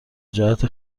جهت